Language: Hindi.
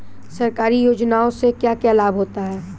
सरकारी योजनाओं से क्या क्या लाभ होता है?